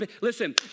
Listen